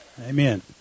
Amen